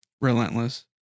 relentless